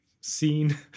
scene